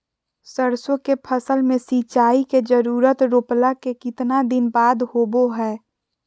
सरसों के फसल में सिंचाई के जरूरत रोपला के कितना दिन बाद होबो हय?